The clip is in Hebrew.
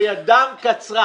וידם קצרה.